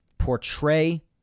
portray